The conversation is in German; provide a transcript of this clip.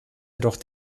jedoch